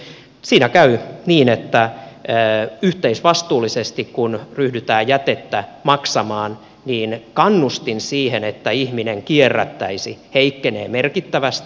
siinä käy niin että kun yhteisvastuullisesti ryhdytään jätettä maksamaan niin kannustin siihen että ihminen kierrättäisi heikkenee merkittävästi